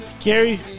Gary